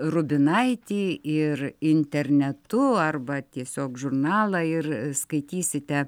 rubinaitį ir internetu arba tiesiog žurnalą ir skaitysite